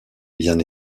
bien